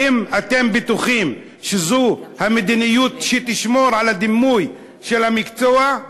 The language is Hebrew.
האם אתם בטוחים שזו המדיניות שתשמור על הדימוי של המקצוע?